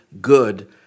good